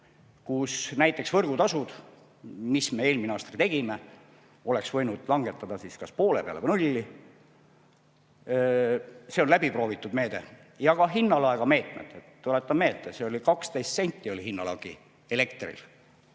et näiteks võrgutasud, mis me eelmisel aastal tegime, oleks võinud langetada kas poole peale või nulli. See on läbi proovitud meede. Ja ka hinnalaega meetmed: tuletan meelde, elektril oli 12 senti hinnalagi.